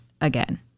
again